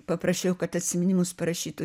paprašiau kad atsiminimus parašytų